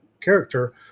character